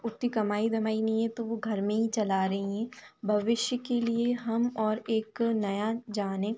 उतनी कमाई धमाई नहीं है तो वो घर में ही चला रही हैं भविष्य की लिए हम और एक नया जाने